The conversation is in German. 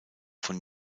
von